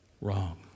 wrong